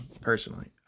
personally